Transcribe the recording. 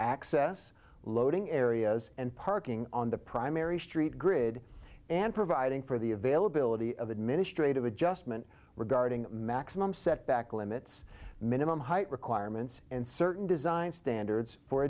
access loading areas and parking on the primary street grid and providing for the availability of administrative adjustment regarding maximum setback limits minimum height requirements and certain design standards for